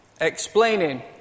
explaining